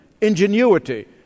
ingenuity